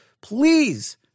Please